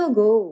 go